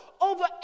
over